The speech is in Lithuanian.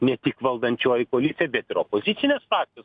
ne tik valdančioji koalicija bet ir opozicinės partijos